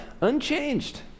unchanged